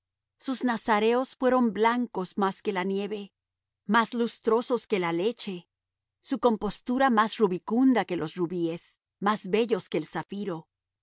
sus nazareos fueron blancos más que la nieve más lustrosos que la leche su compostura más rubicunda que los rubíes más bellos que el zafiro